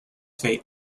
fate